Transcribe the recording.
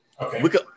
Okay